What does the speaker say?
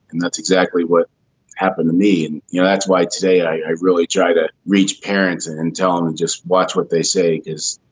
and that's exactly what happened to me. and you know that's why today i really try to reach parents and and tell them and just watch what they say is.